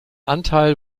anteil